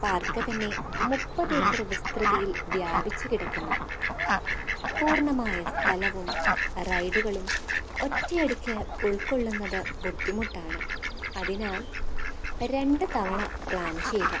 park തന്നെ മുപ്പതേക്കർ വിസ്തൃതിയില് വ്യാപിച്ചു കിടക്കുന്നു പൂര്ണ്ണമായ സ്ഥലവും റൈഡുകളും ഒറ്റയടിക്ക് ഉള്ക്കൊള്ളുന്നതു ബുദ്ധിമുട്ടാണ് അതിനാല് രണ്ടു തവണ പ്ലാന് ചെയ്യുക